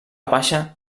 baixa